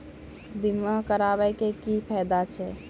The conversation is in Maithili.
बीमा कराबै के की फायदा छै?